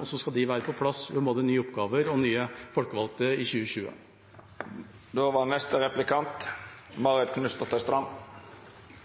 Og så skal både nye oppgaver og nye folkevalgte være på plass i 2020. Høstens valg var